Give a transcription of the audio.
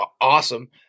Awesome